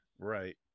Right